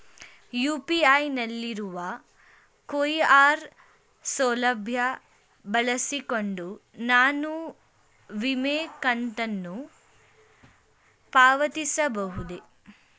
UPI ನಲ್ಲಿರುವ QR ಸೌಲಭ್ಯ ಬಳಸಿಕೊಂಡು ನಾನು ವಿಮೆ ಕಂತನ್ನು ಪಾವತಿಸಬಹುದೇ?